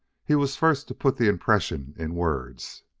he was first to put the impression in words.